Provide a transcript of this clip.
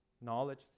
knowledge